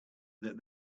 that